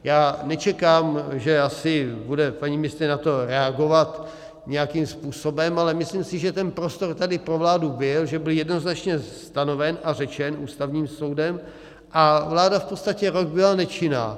Já nečekám, že asi bude paní ministryně na to reagovat nějakým způsobem, ale myslím si, že ten prostor tady pro vládu byl, že byl jednoznačně stanoven a řečen Ústavním soudem, a vláda v podstatě rok byla nečinná.